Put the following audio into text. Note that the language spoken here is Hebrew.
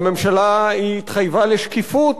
והממשלה התחייבה לשקיפות,